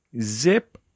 Zip